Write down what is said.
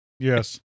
Yes